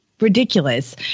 ridiculous